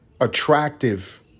attractive